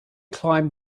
climbed